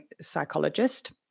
psychologist